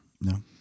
No